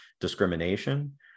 discrimination